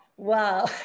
Wow